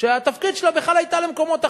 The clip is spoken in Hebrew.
שהתפקיד שלה בכלל היה למקומות אחרים.